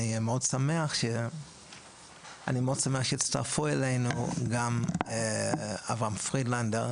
אני מאוד שמח שהצטרפו אלינו גם אברהם פרידלנדר,